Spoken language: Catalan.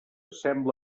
sembla